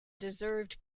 deserved